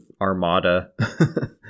armada